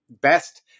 best